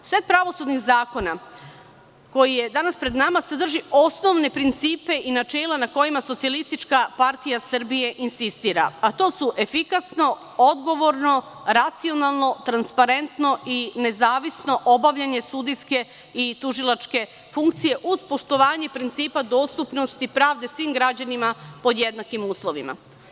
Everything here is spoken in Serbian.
Set pravosudnih zakona koji je danas pred nama sadrži osnovne principe i načela na kojima SPS insistira, a to su: efikasno, odgovorno, racionalno, transparentno i nezavisno obavljanje sudijske i tužilačke funkcije, uz poštovanje principa dostupnosti pravde svim građanima pod jednakim uslovima.